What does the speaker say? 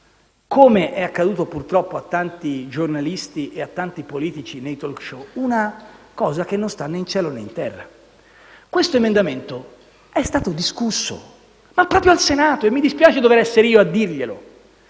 come è accaduto purtroppo a tanti giornalisti e a tanti politici nei *talk show*, una tesi che non sta né in cielo né in terra. Questo emendamento è stato discusso proprio al Senato. E mi dispiace dovere essere io a dirglielo.